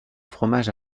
fromage